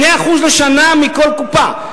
2% לשנה מכל קופה.